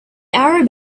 arab